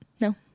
No